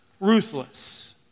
ruthless